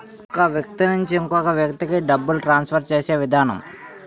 ఒక వ్యక్తి నుంచి ఇంకొక వ్యక్తికి డబ్బులు ట్రాన్స్ఫర్ చేసే విధానం